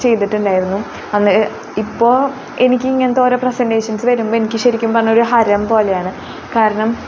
ചെയ്തിട്ടുണ്ടായിരുന്നു അന്ന് ഇപ്പോൾ എനിക്ക് ഇങ്ങനത്തെ ഓരോ പ്രസൻറ്റേഷൻസ് വരുമ്പോൾ എനിക്ക് ശരിക്കും പറഞ്ഞാൽ ഒരു ഹരം പോലെയാണ് കാരണം